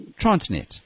Transnet